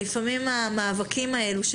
שלפעמים המאבקים האלה של